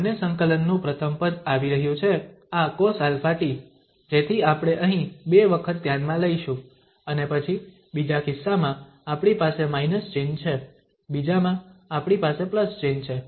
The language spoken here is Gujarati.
બંને સંકલનનું પ્રથમ પદ આવી રહ્યું છે આ cosαt જેથી આપણે અહીં બે વખત ધ્યાનમાં લઈશું અને પછી બીજા કિસ્સામાં આપણી પાસે માઇનસ ચિહ્ન છે બીજામાં આપણી પાસે પ્લસ ચિહ્ન છે